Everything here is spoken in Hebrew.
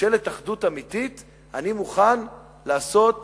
ממשלת אחדות אמיתית, אני מוכן לעשות